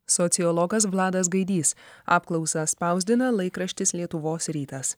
sociologas vladas gaidys apklausą spausdina laikraštis lietuvos rytas